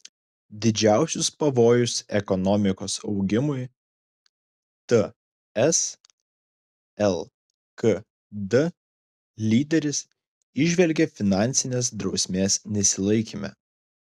didžiausius pavojus ekonomikos augimui ts lkd lyderis įžvelgia finansinės drausmės nesilaikyme